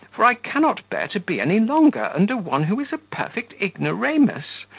for i cannot bear to be any longer under one who is a perfect ignoramus,